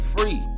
free